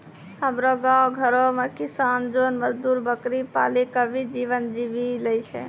हमरो गांव घरो मॅ किसान जोन मजदुर बकरी पाली कॅ भी जीवन जीवी लॅ छय